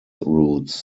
routes